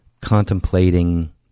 contemplating